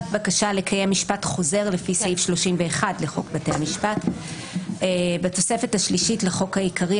תיקון התוספת השלישית 7. בתוספת השלישית לחוק העיקרי,